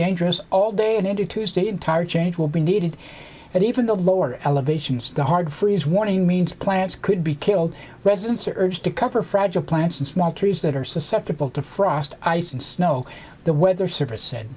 dangerous all day and into tuesday entire change will be needed and even the lower elevations the hard freeze warning means plants could be killed residents are urged to cover fragile plants and small trees that are susceptible to frost ice and snow the weather service